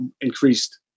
increased